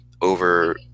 over